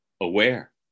aware